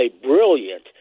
brilliant